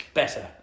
better